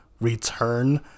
return